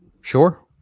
Sure